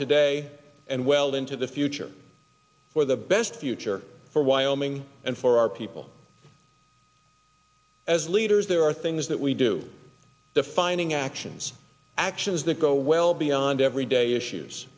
today and well into the future for the best future for wyoming and for our people as leaders there are things that we do defining actions actions that go well beyond everyday issues